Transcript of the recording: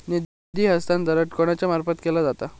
निधी हस्तांतरण कोणाच्या मार्फत केला जाता?